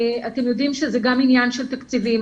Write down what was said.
אתם יודעים שזה גם עניין של תקציבים.